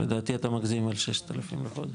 לדעתי אתה מגזים עם ה-6,000 ₪ לחודש.